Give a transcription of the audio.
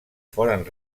foren